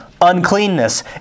uncleanness